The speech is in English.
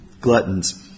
gluttons